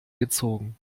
gezogen